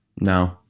no